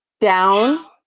down